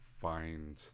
find